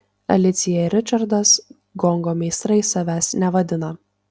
alicija ir ričardas gongo meistrais savęs nevadina